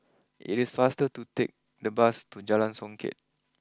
it is faster to take the bus to Jalan Songket